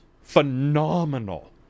phenomenal